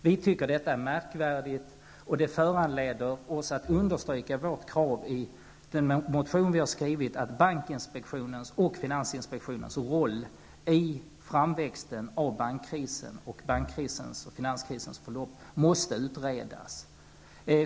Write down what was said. Vi tycker att detta är märkvärdigt, och det föranleder oss att understryka vårt krav i den motion som vi har skrivit, att bankinspektionens och finansinspektionens roll i framväxten av bankkrisen och i finanskrisens förlopp måste utredas.